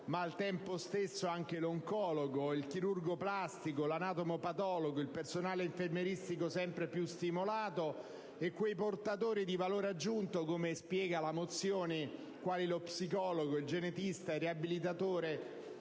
il farmacologo, ma anche l'oncologo, il chirurgo plastico, l'anatomopatologo, nonché personale infermieristico sempre più stimolato e quei portatori di valore aggiunto - come spiega la mozione - quali lo psicologo, il genetista ed il riabilitatore,